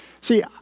See